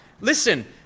Listen